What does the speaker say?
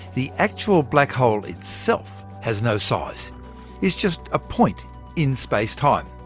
the actual black hole itself has no size it's just a point in space-time.